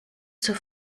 zur